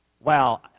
Wow